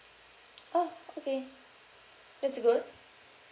orh okay that's good